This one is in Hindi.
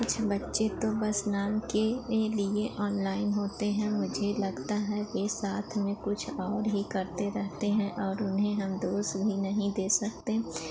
कुछ बच्चे तो बस नाम के ही लिए ऑनलाइन होते हैं मुझे लगता है कि साथ में कुछ और ही करते रहते हैं और उन्हें हम दोष भी नहीं दे सकते इस तरह कॉल पर हम उनका ध्यान आकर्षित नहीं कर सकते हैं इस उम्र के बच्चों में वैसे भी ध्यान भटकाने की सम्भावना अधिक होती है